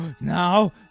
Now